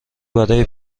برای